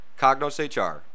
CognosHR